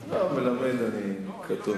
לא, ללמד קטונתי.